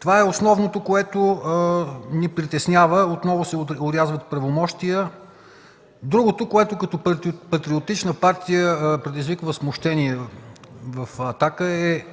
Това е основното, което ни притеснява – отново се орязват правомощия. Другото, което като патриотична партия предизвиква смущения в „Атака”, е